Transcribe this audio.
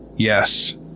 Yes